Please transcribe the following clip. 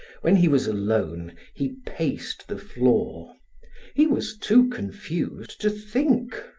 when he was alone, he paced the floor he was too confused to think.